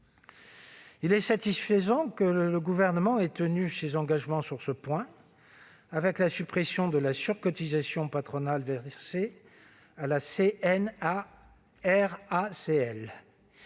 Il est satisfaisant que le Gouvernement ait tenu ses engagements sur ce point, avec la suppression de la surcotisation patronale versée à la Caisse